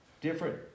different